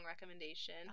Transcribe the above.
recommendation